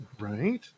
Right